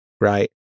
right